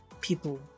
people